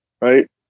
right